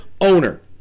owner